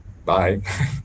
Bye